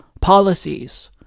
policies